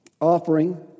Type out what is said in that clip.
offering